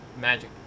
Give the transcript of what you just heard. magic